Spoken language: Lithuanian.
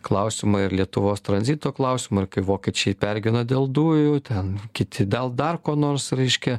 klausimą ir lietuvos tranzito klausimą ir kai vokiečiai pergyvena dėl dujų ten kiti del dar ko nors raiškia